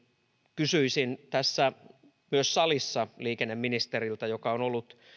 kysyisin myös salissa liikenneministeriltä joka on ollut